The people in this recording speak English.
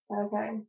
Okay